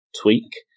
tweak